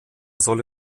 solle